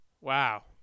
Wow